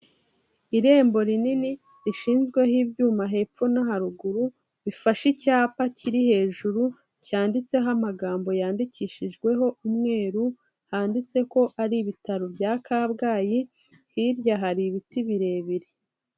Irembo rinini rishinzweho ibyuma hepfo no haruguru, bifashe icyapa kiri hejuru cyanditseho amagambo yandikishijweho umweru, handitse ko ari ibitaro bya Kabgayi, hirya hari ibiti birebire.